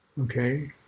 Okay